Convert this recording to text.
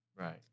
right